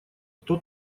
кто